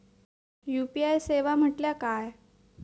UPI सेवा म्हटल्या काय?